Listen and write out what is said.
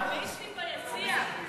לוביסטים ביציע?